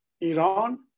Iran